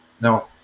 Now